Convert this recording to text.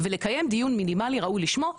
ולקיים דיון מינימלי ראוי לשמו".